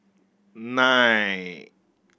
nine